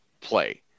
play